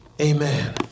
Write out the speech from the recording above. Amen